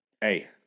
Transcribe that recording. Hey